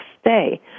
stay